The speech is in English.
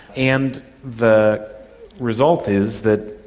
and the result is that,